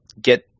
get